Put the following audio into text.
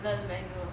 learn manual